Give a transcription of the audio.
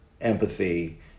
empathy